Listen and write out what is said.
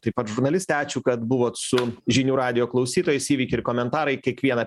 taip pat žurnalistė ačiū kad buvot su žinių radijo klausytojais įvykiai ir komentarai kiekvieną